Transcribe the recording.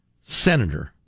senator